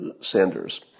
Sanders